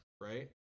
right